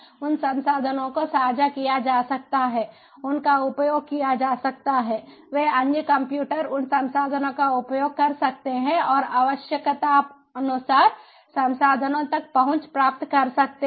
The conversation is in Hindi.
उन संसाधनों को साझा किया जा सकता है उनका उपयोग किया जा सकता है वे अन्य कंप्यूटर उन संसाधनों का उपयोग कर सकते हैं और आवश्यकतानुसार संसाधनों तक पहुँच प्राप्त कर सकते हैं